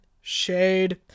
shade